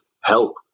help